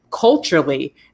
Culturally